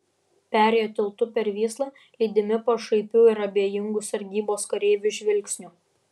perėjo tiltu per vyslą lydimi pašaipių ir abejingų sargybos kareivių žvilgsnių